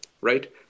right